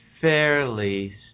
fairly